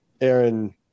Aaron